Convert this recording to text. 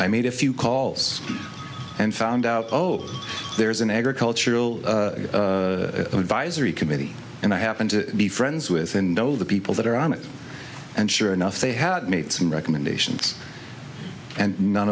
i made a few calls and found out oh there's an agricultural advisory committee and i happen to be friends with and know the people that are on it and sure enough they had made some recommendations and none